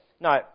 no